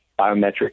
biometric